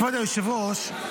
כבוד היושב-ראש,